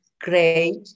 great